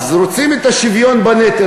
רוצים את השוויון בנטל,